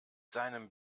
seinem